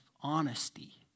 honesty